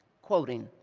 quoting,